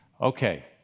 Okay